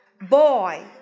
Boy